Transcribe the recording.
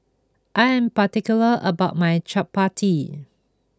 I am particular about my Chapati